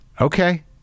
Okay